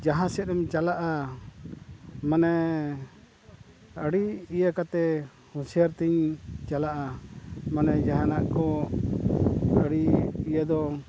ᱡᱟᱦᱟᱸ ᱥᱮᱫ ᱨᱮᱢ ᱪᱟᱞᱟᱜᱼᱟ ᱢᱟᱱᱮ ᱟᱹᱰᱤ ᱤᱭᱟᱹ ᱠᱟᱛᱮᱫ ᱦᱩᱥᱤᱭᱟᱹᱨ ᱛᱤᱧ ᱪᱟᱞᱟᱜᱼᱟ ᱢᱟᱱᱮ ᱡᱟᱦᱟᱱᱟᱜ ᱠᱚ ᱟᱹᱰᱤ ᱤᱭᱟᱹ ᱫᱚ